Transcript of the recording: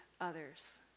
others